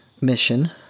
mission